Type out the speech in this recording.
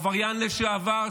עבריין לשעבר,